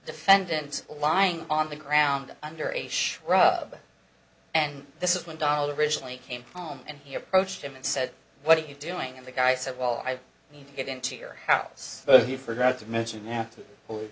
defendant lying on the ground under a shrub and this is when dollar originally came home and he approached him and said what are you doing and the guy said well i need to get into your house but you forgot to mention now that w